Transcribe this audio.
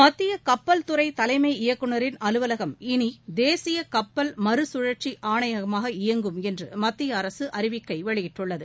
மத்தியகப்பல் துறைதலைமை இயக்குநரின் அலுவலகம் இளிதேசியகப்பல் மறுகழற்சிஆணையகமாக இயங்கும் என்றுமத்திய அரசு அறிவிக்கை வெளியிட்டுள்ளது